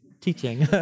teaching